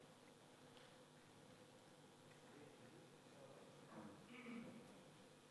ההצעה להעביר את הנושא לוועדת הפנים